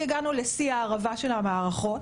כי הגענו לשיא ההרעבה של המערכות.